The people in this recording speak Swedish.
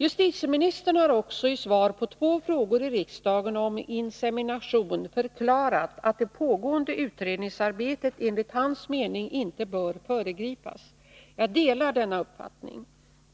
Justitieministern har också i svar på två frågor i riksdagen om insemination förklarat att det pågående utredningsarbetet enligt hans mening inte bör föregripas. Jag delar denna uppfattning.